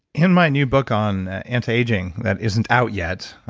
and my new book on anti-aging that isn't out yet,